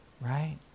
right